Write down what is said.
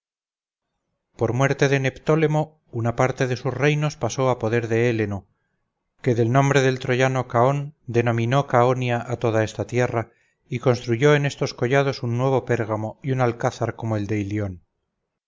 por muerte de neptólemo una parte de sus reinos pasó a poder de héleno que del nombre del troyano caón denominó caonia a toda esta tierra y construyó en esos collados un nuevo pérgamo y un alcázar como el de ilión